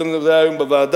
זה היה היום אצלנו בוועדה,